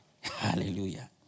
Hallelujah